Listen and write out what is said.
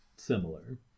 similar